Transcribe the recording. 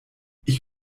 ich